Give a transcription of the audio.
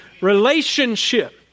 Relationship